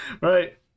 Right